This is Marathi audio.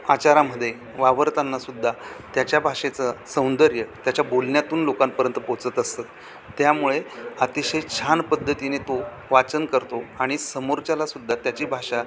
आचारामध्ये वावरतानासुद्धा त्याच्या भाषेचं सौंदर्य त्याच्या बोलण्यातून लोकांपर्यंत पोचत असतं त्यामुळे अतिशय छान पद्धतीने तो वाचन करतो आणि समोरच्यालासुद्धा त्याची भाषा